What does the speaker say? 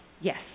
Yes